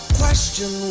question